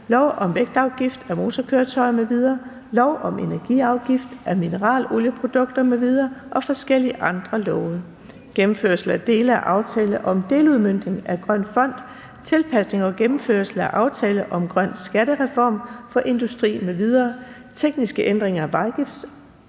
lov om vægtafgift af motorkøretøjer m.v., lov om energiafgift af mineralolieprodukter m.v. og forskellige andre love. (Gennemførelse af dele af aftale om deludmøntning af Grøn Fond, tilpasning af gennemførelse af aftale om grøn skattereform for industri m.v., tekniske ændringer af vejafgiftsloven,